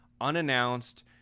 unannounced